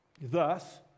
Thus